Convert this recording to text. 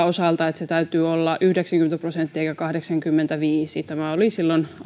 osalta että sen täytyy olla yhdeksänkymmentä prosenttia eikä kahdeksankymmentäviisi tämä oli silloin